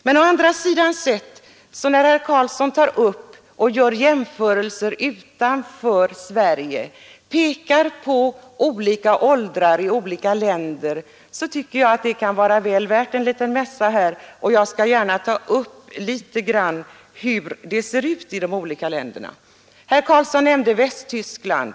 Jag tycker dock att herr Carlssons jämförelser med förhållanden utanför Sverige, där han pekar på olika pensionsåldrar i olika länder, kan vara väl värda en liten mässa här, och jag skall något beröra hur förhållandena gestaltar sig i de olika länderna. Herr Carlsson nämnde Västtyskland.